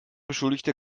beschuldigte